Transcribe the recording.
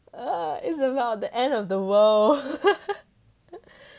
err it's about the end of the world